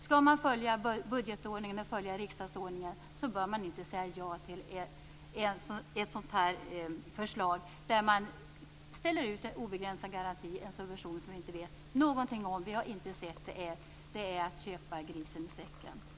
Skall man följa budgetordningen och riksdagsordningen bör man inte säga ja till ett sådant här förslag där man ställer ut en obegränsad garanti, en subvention som vi inte vet någonting om och inte har sett. Det är köpa grisen i säcken.